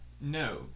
No